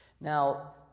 Now